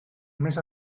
més